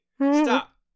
stop